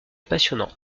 passionnant